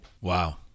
wow